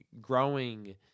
growing